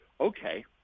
okay